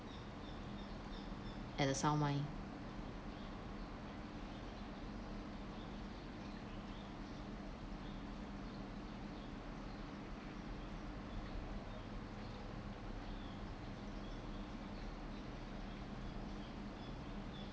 at the someone